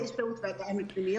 מיכל: זמני שהות והגעה לפנימיות,